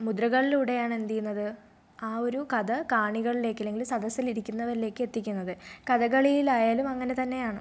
മുദ്രകളിലൂടെയാണ് എന്തു ചെയ്യുന്നത് ആ ഒരു കഥ കാണികളിലേക്ക് അല്ലെങ്കിൽ സദസ്സിൽ ഇരിക്കുന്നവരിലേക്ക് എത്തിക്കുന്നത് കഥകളിയിലായാലും അങ്ങനെ തന്നെയാണ്